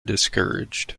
discouraged